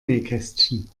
nähkästchen